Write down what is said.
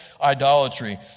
idolatry